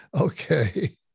okay